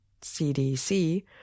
CDC